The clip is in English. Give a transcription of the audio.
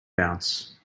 bounce